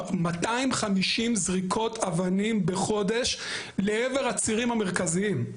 250 זריקות אבנים בחודש לעבר הצירים המרכזיים,